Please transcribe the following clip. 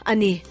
Ani